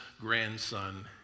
grandson